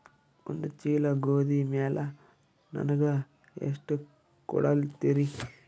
ಒಂದ ಚೀಲ ಗೋಧಿ ಮ್ಯಾಲ ನನಗ ಎಷ್ಟ ಕೊಡತೀರಿ?